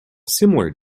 similar